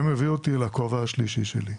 זה מביא אותי לכובע השלישי שלי,